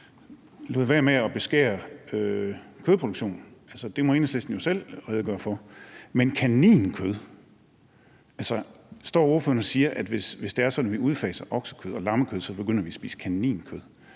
lod være med at beskære kødproduktionen. Det må Enhedslisten jo selv redegøre for. Men kaninkød – står ordføreren og siger, at hvis det er sådan, at vi udfaser oksekød og lammekød, begynder vi at spise kaninkød?